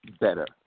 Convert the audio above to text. better